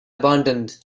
abandoned